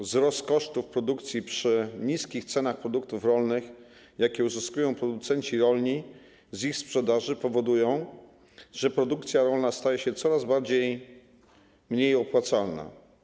Wzrost kosztów produkcji przy niskich cenach produktów rolnych, jakie uzyskują producenci rolni z ich sprzedaży, powodują, że produkcja rolna staje się coraz mniej opłacalna.